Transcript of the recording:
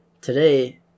today